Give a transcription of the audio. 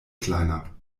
kleiner